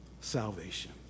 salvation